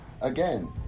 again